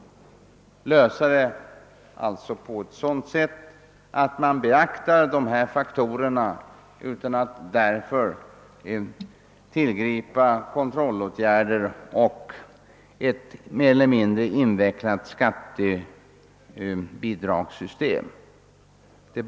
Man bör alltså beakta de nämnda faktorerna utan att därför tillgripa kontrollåtgärder och ett mer eller mindre invecklat skattebidragssystem.